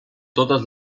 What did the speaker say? totes